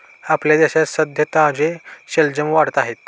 आपल्या शेतात सध्या ताजे शलजम वाढत आहेत